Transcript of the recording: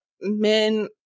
men